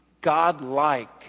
godlike